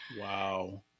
Wow